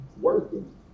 Working